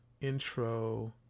intro